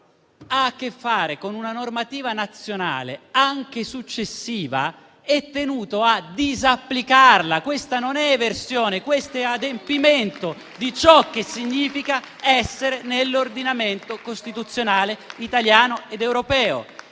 ha a che fare con una normativa nazionale, anche successiva, è tenuto a disapplicarla. Questa non è eversione, ma adempimento di ciò che significa essere nell'ordinamento costituzionale italiano ed europeo.